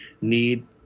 need